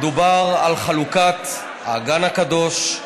מדובר על חלוקת האגן הקדוש,